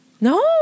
no